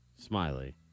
Smiley